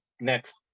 next